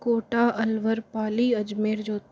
Kota Alwar Pali Ajmer Jodh